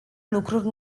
lucruri